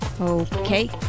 Okay